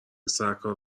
سرکار